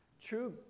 True